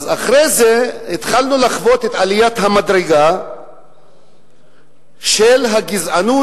אחרי זה התחלנו לחוות את עליית המדרגה של הגזענות,